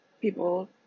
People